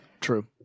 True